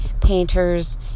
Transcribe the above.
painters